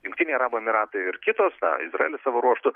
jungtiniai arabų emyratai ir kitos na izraelis savo ruožtu